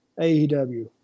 AEW